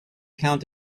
count